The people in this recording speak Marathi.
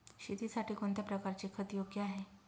शेतीसाठी कोणत्या प्रकारचे खत योग्य आहे?